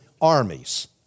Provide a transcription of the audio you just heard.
armies